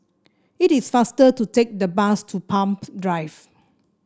it is faster to take the bus to Palm Drive